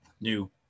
new